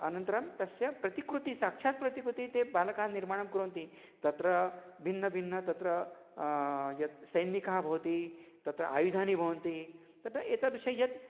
अनन्तरं तस्य प्रतिकृतिः साक्षात् प्रतिकृतिः ते बालकान् निर्माणं कुर्वन्ति तत्र भिन्नभिन्नं तत्र यत् सैनिकः भवति तत्र आयुधानि भवन्ति तत्र एतदृशं यत्